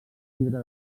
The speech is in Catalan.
fibra